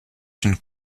une